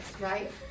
right